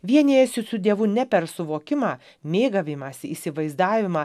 vienijasi su dievu ne per suvokimą mėgavimąsi įsivaizdavimą